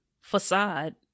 facade